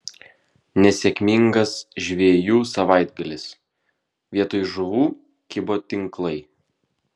nesėkmingas žvejų savaitgalis vietoj žuvų kibo tinklai